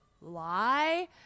lie